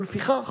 ולפיכך